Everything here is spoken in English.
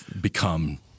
become